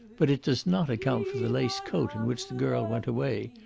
but it does not account for the lace coat in which the girl went away.